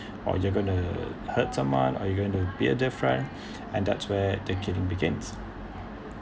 or you're gonna hurt someone or you're going to be a different and that's where the kidding begins